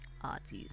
artists